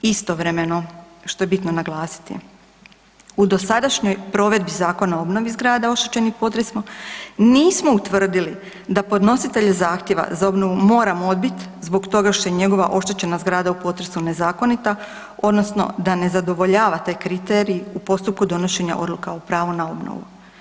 Istovremeno, što je bitno naglasiti, u dosadašnjoj provedbi Zakona o obnovi zgrada oštećenih potresom nismo utvrdili da podnositelj zahtjeva za obnovu mora odbiti, zbog toga što je njegova oštećena zgrada u potresu nezakonita, odnosno da ne zadovoljava taj kriterij u postupku donošenja odluka o pravu na obnovu.